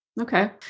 Okay